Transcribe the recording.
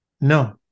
no